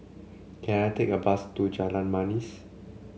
can I take a bus to Jalan Manis